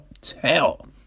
tell